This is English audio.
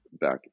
back